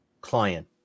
client